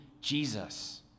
Jesus